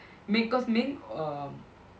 Ming cause Ming um